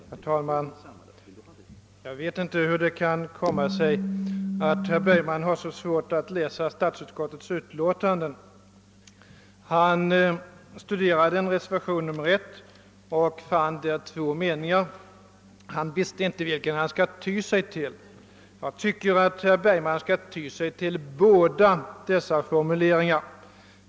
Herr talman! Jag vet inte hur det kommer sig att herr Bergman har så svårt att läsa statsutskottets utlåtanden. När han studerat reservationen nr 1 till statsutskottets utlåtande nr 101 har han inte kunnat bli på det klara med vilken av två meningar han där borde ty sig till. Jag tycker att herr Bergman skall ty sig till båda dessa meningar.